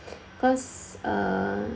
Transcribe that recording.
cause uh